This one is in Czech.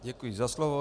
Děkuji za slovo.